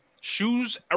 shoes